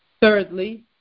Thirdly